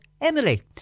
Emily